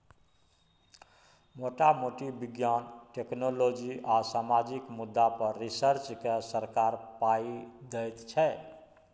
मोटा मोटी बिज्ञान, टेक्नोलॉजी आ सामाजिक मुद्दा पर रिसर्च केँ सरकार पाइ दैत छै